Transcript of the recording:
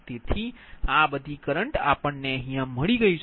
તેથી આ બધી કરંટ આપણને મળી છે